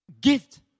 gift